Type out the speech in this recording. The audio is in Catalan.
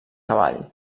cavall